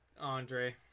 Andre